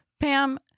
Pam